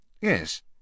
Yes